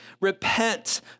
Repent